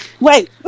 wait